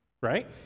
right